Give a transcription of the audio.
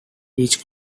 each